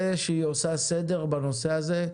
ושהיא עושה סדר בנושא הזה,